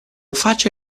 faccia